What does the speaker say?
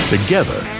Together